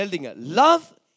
Love